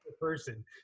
person